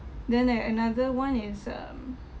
then there another one is um